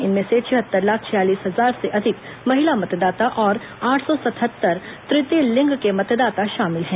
इनमें से छिहत्तर लाख छियालिस हजार से अधिक महिला मतदाता और आठ सौ सतहत्तर तुतीय लिंग के मतदाता शामिल हैं